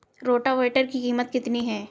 Rotavator की कीमत कितनी है?